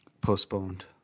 postponed